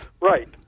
Right